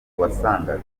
wasangaga